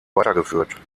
weitergeführt